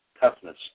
toughness